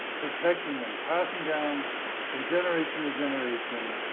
protecting them, passing down from generation to generation,